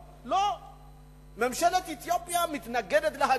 ממשלת אתיופיה מתנגדת להגירה.